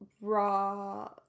raw